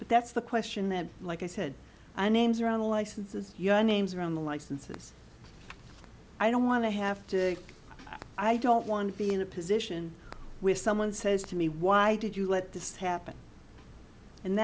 but that's the question that like i said i names are on a license is names around the licenses i don't want to have to i don't want to be in a position where someone says to me why did you let this happen and